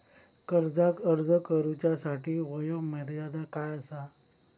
कर्जाक अर्ज करुच्यासाठी वयोमर्यादा काय आसा?